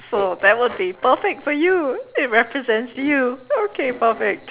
so that would be perfect for you it represents you okay perfect